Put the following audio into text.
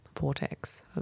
Vortex